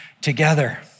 together